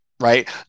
right